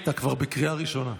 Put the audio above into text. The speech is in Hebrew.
אתה כבר בקריאה ראשונה.